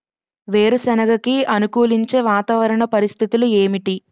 వేరుసెనగ కి అనుకూలించే వాతావరణ పరిస్థితులు ఏమిటి?